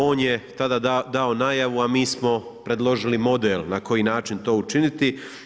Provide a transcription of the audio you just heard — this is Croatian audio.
On je tada dao najavu, a mi smo predložili model na koji način to učiniti.